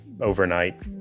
overnight